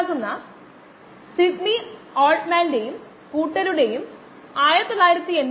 rd kdxvdxvdt ഇതാണ് ഇവിടെയുള്ള അവസാന പദപ്രയോഗം xv യുടെ ddt മൈനസ് kd തവണ അത് x v ന് തുല്യമാണ്